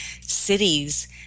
cities